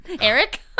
eric